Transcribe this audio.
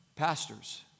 Pastors